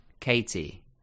Katie